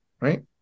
right